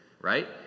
right